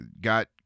got